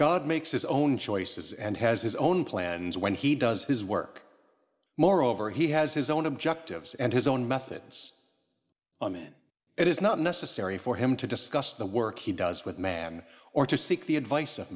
god makes his own choices and has his own plans when he does his work moreover he has his own objectives and his own methods on man it is not necessary for him to discuss the work he does with man or to seek the advice of